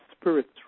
spirits